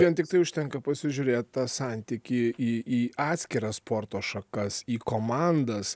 vien tiktai užtenka pasižiūrėt tą santykį į į atskiras sporto šakas į komandas